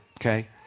okay